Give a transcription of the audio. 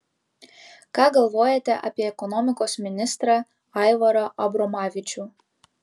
ką galvojate apie ekonomikos ministrą aivarą abromavičių